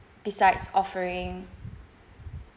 besides offering